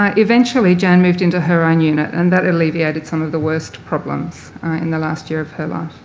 um eventually, jan moved into her own unit and that alleviated some of the worst problems in the last year of her life.